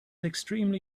extremely